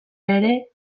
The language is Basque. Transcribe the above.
ere